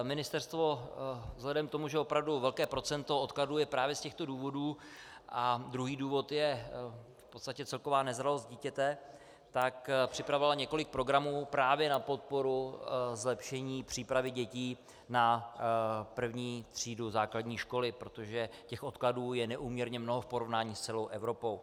Ministerstvo vzhledem k tomu, že velké procento odkladů je právě z těchto důvodů a druhý důvod je v podstatě celková nezralost dítěte, tak připravilo několik programů právě na podporu zlepšení přípravy dětí na první třídu základní školy, protože těch odkladů je neúměrně mnoho v porovnání s celou Evropou.